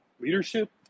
leadership